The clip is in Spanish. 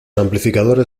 amplificadores